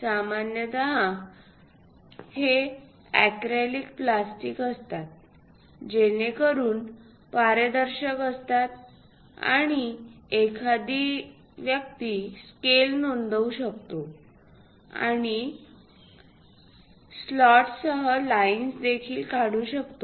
सामान्यत हे acrylic plastic असतात जेणेकरून पारदर्शक असतात आणि एखादी व्यक्ती स्केल नोंदवू शकतो आणि स्लॉट्ससह लाईन्स देखील काढू शकतो